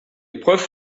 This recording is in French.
épreuve